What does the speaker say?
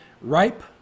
ripe